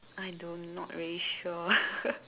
I don't not really sure